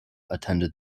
attended